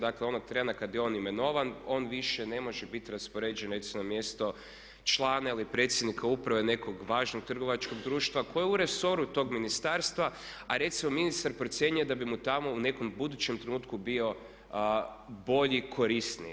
Dakle onog trena kada je on imenovan on više ne može biti raspoređen recimo na mjesto člana ili predsjednika uprave nekog važnog trgovačkog društva koje je u resoru tog ministarstva a recimo ministar procjenjuje da bi mu tamo u nekom budućem trenutku bio bolji i korisniji.